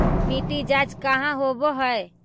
मिट्टी जाँच कहाँ होव है?